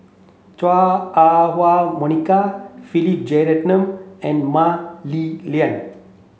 Chua Ah Huwa Monica Philip Jeyaretnam and Mah Li Lian